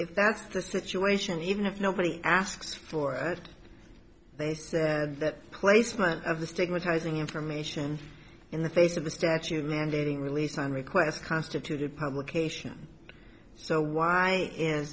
if that's the situation even if nobody asks for it they said that placement of the stigmatizing information in the face of the statute mandating release on request constituted publication so why i